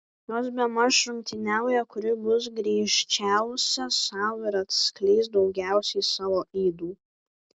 jos bemaž rungtyniauja kuri bus griežčiausia sau ir atskleis daugiausiai savo ydų